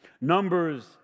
Numbers